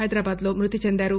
హైదరాబాద్లో మ్బతి చెందారు